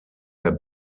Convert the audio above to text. der